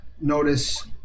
notice